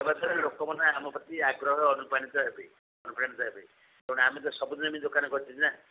ଦେବାଦ୍ଵାରା ଲୋକମାନେ ଆମ ପ୍ରତି ଆଗ୍ରହରେ ଅନୁପ୍ରାଣିତ ହେବେ ଅନୁପ୍ରାଣିତ ହେବେ ତେଣୁ ଆମେ ତ ସବୁଦିନ ବି ଦୋକାନ କରିଛେ ନା